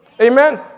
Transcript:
amen